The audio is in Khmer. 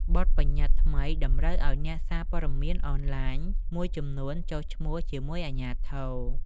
បទប្បញ្ញត្តិថ្មីតម្រូវឱ្យអ្នកសារព័ត៌មានអនឡាញមួយចំនួនចុះឈ្មោះជាមួយអាជ្ញាធរ។